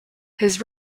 his